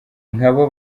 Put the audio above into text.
nk’abo